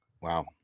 wow